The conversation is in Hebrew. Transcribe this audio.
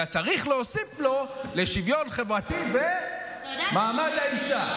אלא צריך להוסיף לו "לשוויון חברתי ומעמד האישה".